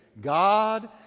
God